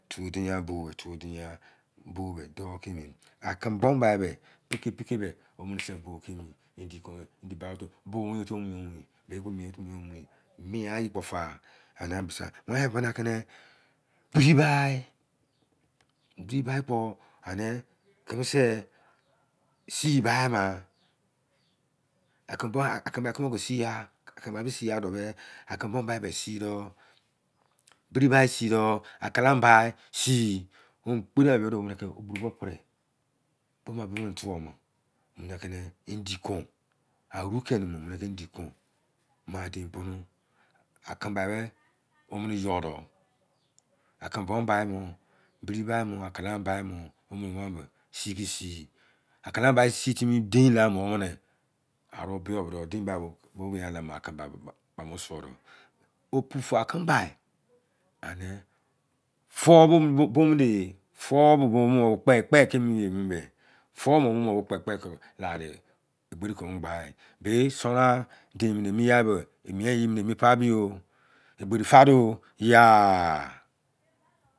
Tu di ya bo tu di ya bo doh tce tceme bo bai bah pei-ko beh keme sei bo tce mi ye mieye kpo ta why bene tceme pai ten bi di-bi kpo eme sei si-bai ma-tcene kpo si ya bebe kome be si-doh biki bai si-doh tcala-bai endi kon awikere endi tcon tceme bai me yore, tceme mo bai mu biri bai mu numu were beh si, tceme bai si tini tin la omene arh yor bo de din baa bo akai bai opu fa tceme bai ene fuu bo tepe-tepe tce emi numu beh fon mu omana he emi, ye-shro din eni la, epe mienye ye pa-bi yo, egbeni fa deh ya.